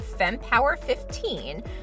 FEMPOWER15